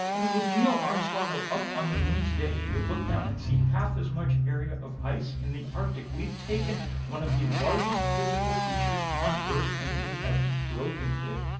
i mean if neil armstrong were up on the moon today, he'd look down and see half as much area of ice in the arctic. we've taken one of the largest physical features on earth and we have broken it.